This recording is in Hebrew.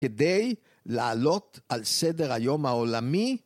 כדי לעלות על סדר היום העולמי.